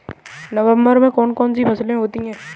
नवंबर में कौन कौन सी फसलें होती हैं?